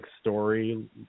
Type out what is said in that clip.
story